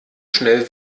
schnell